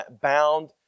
bound